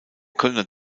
kölner